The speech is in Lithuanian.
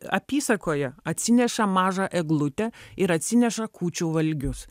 apysakoje atsineša mažą eglutę ir atsineša kūčių valgius